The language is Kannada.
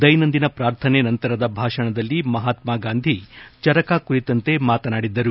ದೈನಂದಿನ ಪ್ರಾರ್ಥನೆ ನಂತರದ ಭಾಷಣದಲ್ಲಿ ಮಹಾತ್ಮಾ ಗಾಂಧಿ ಚರಕ ಕುರಿತಂತೆ ಮಾತನಾಡಿದ್ದರು